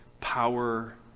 Power